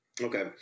Okay